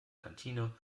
kantine